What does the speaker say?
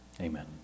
Amen